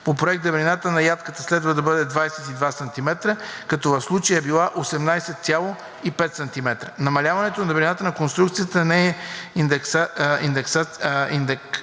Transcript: По проект дебелината на ядката следва да бъде 22 см, като в случая е била 18,5 см. Намаляването на дебелината на конструкцията не е индикация